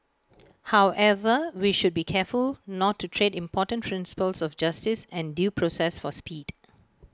however we should be careful not to trade important principles of justice and due process for speed